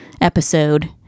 Episode